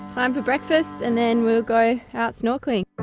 time for breakfast and then we'll go out snorkeling.